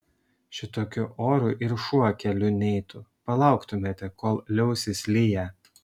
šitokiu oru ir šuo keliu neitų palauktumėte kol liausis liję